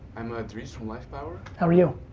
i'm ah dries from lifepower. how are you?